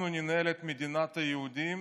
"אנחנו ננהל את מדינת היהודים